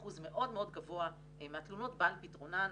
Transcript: אחוז מאוד גבוה מהתלונות באו על פתרונן,